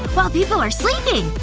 while people are sleeping.